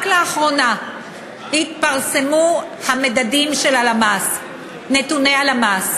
רק לאחרונה התפרסמו המדדים של הלמ"ס, נתוני הלמ"ס,